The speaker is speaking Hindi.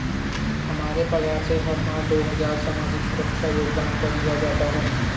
हमारे पगार से हर माह दो हजार सामाजिक सुरक्षा योगदान कर लिया जाता है